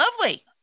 lovely